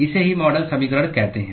इसे ही मॉडल समीकरण कहते हैं